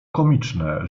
komiczne